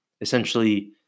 essentially